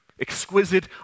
exquisite